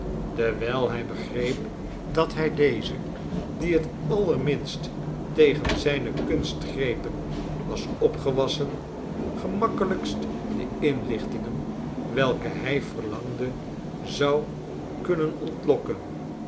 dewijl hij begreep dat hij deze die het allerminst tegen zijne kunstgrepen was opgewassen gemakkelijkst de inlichtingen welke hij verlangde zou kunnen ontlokken